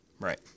Right